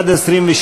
אילן גילאון,